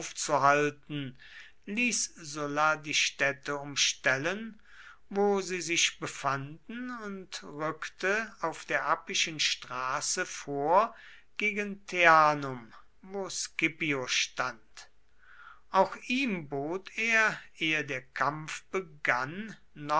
aufzuhalten ließ sulla die städte umstellen wo sie sich befanden und rückte auf der appischen straße vor gegen teanum wo scipio stand auch ihm bot er ehe der kampf begann